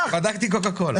בישראל מי הברז טובים מאוד.